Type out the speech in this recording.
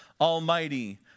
Almighty